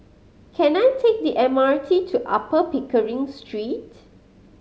can I take the M R T to Upper Pickering Street